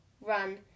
run